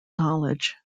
knowledge